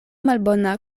malbona